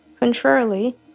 Contrarily